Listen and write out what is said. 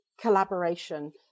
collaboration